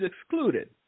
excluded